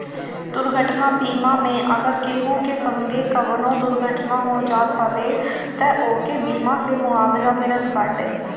दुर्घटना बीमा मे अगर केहू के संगे कवनो दुर्घटना हो जात हवे तअ ओके बीमा से मुआवजा मिलत बाटे